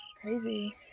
crazy